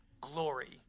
glory